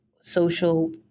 social